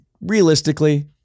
realistically